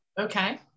Okay